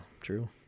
true